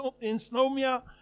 insomnia